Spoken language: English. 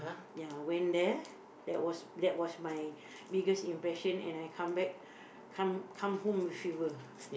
ya went there that was that was my biggest impression and I come back come come home with fever